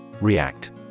React